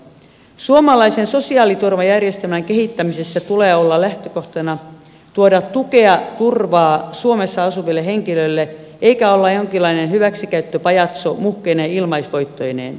suomalaisen sosiaaliturvajärjestelmän kehittämisessä tulee olla lähtökohtana tuoda tukea turvaa suomessa asuville henkilöille eikä olla jonkinlainen hyväksikäyttöpajatso muhkeine ilmaisvoittoineen